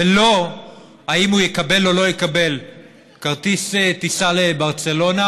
ולא האם הוא יקבל או לא יקבל כרטיס טיסה לברצלונה